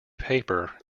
paper